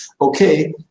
okay